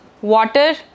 water